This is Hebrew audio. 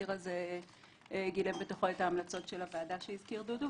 התזכיר גילם בתוכו את המלצות הוועדה שהזכיר דודו,